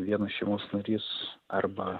vienas šeimos narys arba